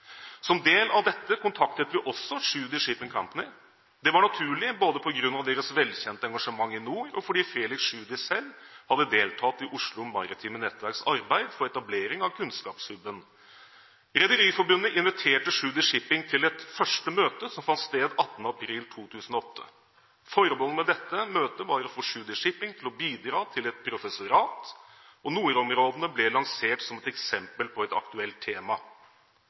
Som del av dette kontaktet vi også Tschudi Shipping Company. Det var naturlig både på grunn av deres vel kjente engasjement i nord og fordi Felix Tschudi selv hadde deltatt i Oslo Maritime Nettverks arbeid for etablering av kunnskapshub-en. Rederiforbundet inviterte Tschudi Shipping til et første møte, som fant sted 18. april 2008. Formålet med dette møtet var å få Tschudi Shipping til å bidra til et professorat, og nordområdene ble lansert som et eksempel på et aktuelt tema.»